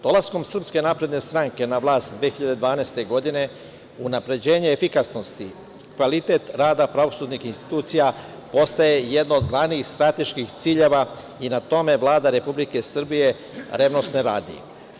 Dolaskom SNS na vlast 2012. godine unapređenje efikasnosti, kvalitet rada pravosudnih institucija postaje jedno od glavnih strateških ciljeva i na tome Vlada Republike Srbije revnosno radi.